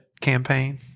campaign